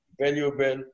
valuable